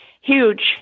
huge